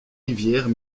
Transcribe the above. rivières